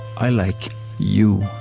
i like you.